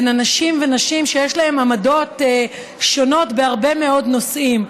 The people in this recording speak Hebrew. של אנשים ונשים שיש להם עמדות שונות בהרבה מאוד נושאים,